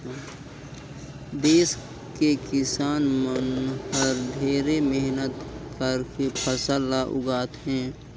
देस के किसान मन हर ढेरे मेहनत करके फसल ल उगाथे